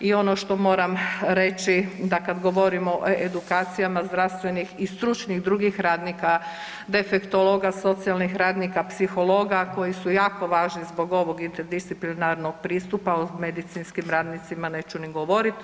I ono što moram reći da kad govorimo o edukacijama zdravstvenih i stručnih drugih radnika, defektologa, socijalnih radnika, psihologa koji su jako važni zbog ovog interdisciplinarnog pristupa, o medicinskim radnicima neću ni govoriti.